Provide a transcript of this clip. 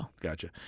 Gotcha